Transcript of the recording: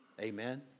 Amen